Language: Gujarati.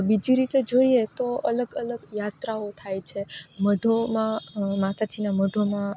બીજી રીતે જોઈએ તો અલગ અલગ યાત્રાઓ થાય છે મઢોમાં માતાજીના મઢોમાં